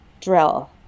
drill